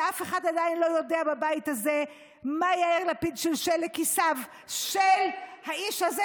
ואף אחד עדיין לא יודע בבית הזה מה יאיר לפיד שלשל לכיסיו של האיש הזה,